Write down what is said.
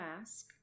ask